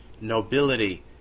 nobility